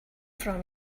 from